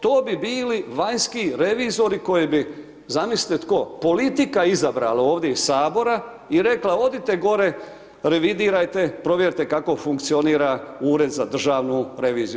To bi bili vanjski revizori koje bi, zamislite tko, politika izabrala ovdje iz Sabora i rekla odite gore revidirajte, provjerite kako funkcionira Ured za državnu reviziju.